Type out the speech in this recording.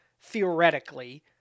theoretically